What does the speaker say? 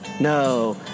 no